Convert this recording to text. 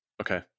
Okay